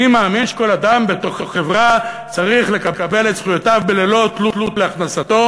אני מאמין שכל אדם בחברה צריך לקבל את זכויותיו ללא תלות בהכנסתו,